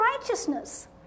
righteousness